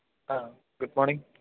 ആ good morning